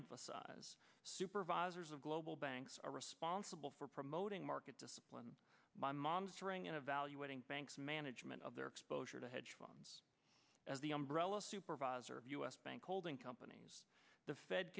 emphasize supervisors of global banks are responsible for promoting market discipline by mom's during and evaluating banks management of their exposure to hedge funds as the umbrella supervisor of u s bank holding companies the fed